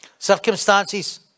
Circumstances